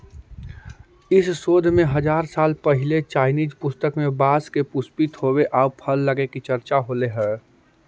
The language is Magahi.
इस शोध में हजार साल पहिले चाइनीज पुस्तक में बाँस के पुष्पित होवे आउ फल लगे के चर्चा होले हइ